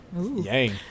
Yang